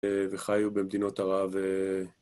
וחיו במדינות ערב.